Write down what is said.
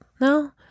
No